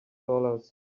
dollars